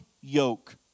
yoke